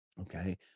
okay